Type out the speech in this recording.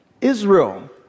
Israel